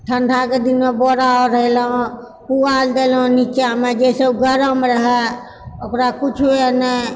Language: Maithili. ठण्डाके दिनमे बोरा ओढ़ेलहुँ पुआल देलौहुंँ निचामे जाहिसँ ओ गरम रहए ओकरा किछु होइ नहि